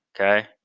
Okay